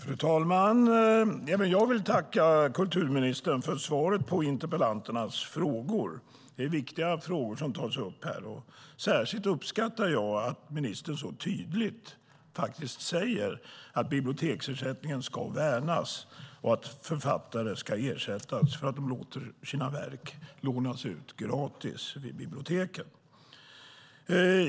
Fru talman! Även jag vill tacka kulturministern för svaret på interpellanternas frågor. Det är viktiga frågor som tas upp här. Jag uppskattar särskilt att ministern så tydligt säger att biblioteksersättningen ska värnas och att författare ska ersättas för att de låter sina verk lånas ut gratis vid biblioteken.